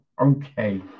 okay